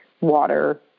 water